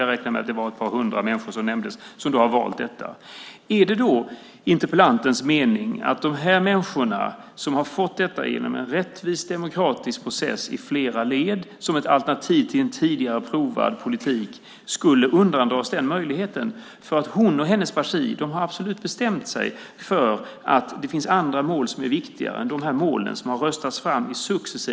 Jag räknar med att det var ett par hundra människor som nämndes och som har valt detta. Är det interpellantens mening att de människor som fått detta genom en rättvis demokratisk process i flera led, som ett alternativ till en tidigare provad politik, ska undandras den här möjligheten därför att interpellanten och hennes parti absolut bestämt sig för att det finns andra mål som är viktigare än dessa mål som röstats fram successivt?